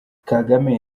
kagame